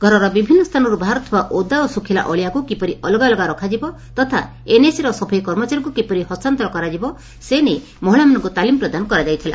ଘରର ବିଭିନ୍ତ ସ୍ତ୍ରାନରୁ ବାହାରୁଥିବା ଓଦା ଓ ଶୁଖିଲା ଅଳିଆକୁ କିପରି ଅଲଗା ଅଲଗା ରଖାଯିବ ତଥା ଏନଏସିର ସଫେଇ କର୍ମଚାରୀଙ୍କୁ କିପରି ହସ୍ତାନ୍ତର କରାଯିବ ସେନେଇ ମହିଳା ମାନଙ୍କୁ ତାଲିମ ପ୍ରଦାନ କରାଯାଇଥିଲା